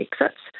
exits